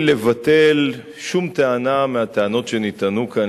בלי לבטל שום טענה מהטענות שנטענו כאן